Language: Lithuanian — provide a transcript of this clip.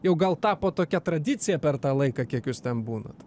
jau gal tapo tokia tradicija per tą laiką kiek jūs ten būnat